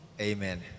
Amen